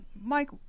Mike